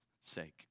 sake